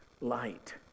light